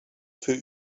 für